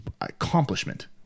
accomplishment